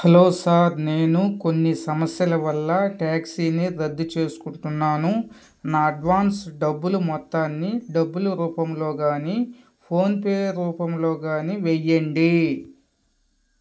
hello sir నేను కొన్ని సమస్యల వల్ల ట్యాక్సీని రద్దు చేసుకుంటున్నాను నా అడ్వాన్స్ డబ్బులు మొత్తాన్ని డబ్బులు రూపంలో కానీ ఫోన్పే రూపంలో కానీ వెయ్యండి